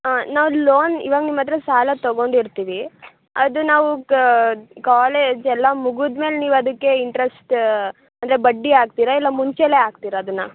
ಹಾಂ ನಾವು ಲೋನ್ ಇವಾಗ ನಿಮ್ಮತ್ತಿರ ಸಾಲ ತಗೊಂಡಿರ್ತೀವಿ ಅದು ನಾವು ಕಾಲೇಜ್ ಎಲ್ಲ ಮುಗಿದ್ಮೇಲೆ ನೀವು ಅದಕ್ಕೆ ಇಂಟ್ರಶ್ಟ್ ಅಂದರೆ ಬಡ್ಡಿ ಹಾಕ್ತಿರ ಇಲ್ಲ ಮುಂಚೆನೆ ಹಾಕ್ತಿರ ಅದನ್ನು